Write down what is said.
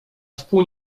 wpół